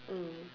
mm